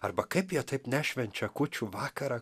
arba kaip jie taip nešvenčia kūčių vakarą